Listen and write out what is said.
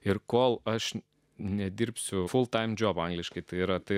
ir kol aš nedirbsiu fultaimdžiob angliškai tai yra tai